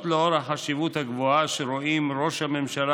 לאור החשיבות הגבוהה שרואים ראש הממשלה